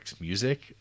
music